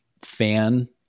fan